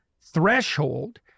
threshold